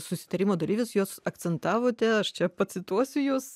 susitarimo dalyvis jūs akcentavote aš čia pacituosiu jus